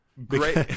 Great